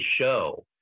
show